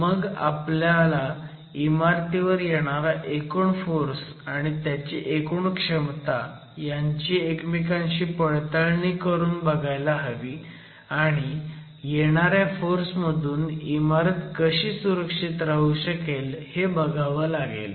मग आपल्याला इमारतीवर येणारा एकूण फोर्स आणि त्याची एकूण क्षमता ह्याची एकमेकांशी पडताळणी करून बघायला हवी आणि येणाऱ्या फोर्स मधून इमारत कशी सुरक्षित राहू शकेल हे बघावं लागेल